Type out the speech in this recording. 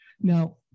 Now